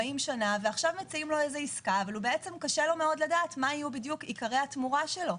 שנה ועכשיו מציעים לו עסקה וקשה לו לדעת מה יהיו עיקרי התמורה שלו,